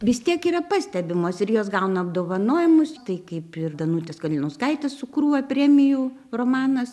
vis tiek yra pastebimos ir jos gauna apdovanojimus tai kaip ir danutės kalinauskaitės su krūva premijų romanas